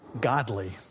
godly